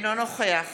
אינו נוכח